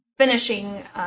Finishing